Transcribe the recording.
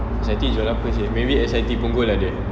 S_I_T dorang punya seh maybe S_I_T punggol ada